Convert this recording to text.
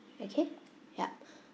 okay yup